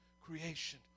creation